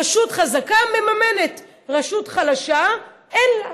רשות חזקה מממנת, רשות חלשה, אין לה.